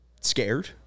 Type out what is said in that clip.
scared